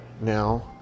now